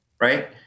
Right